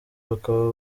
bakaba